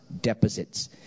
deposits